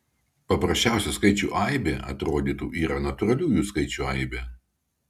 paprasčiausia skaičių aibė atrodytų yra natūraliųjų skaičių aibė